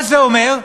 מה זה אומר?